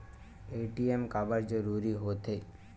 ATM काबर जरूरी हो थे?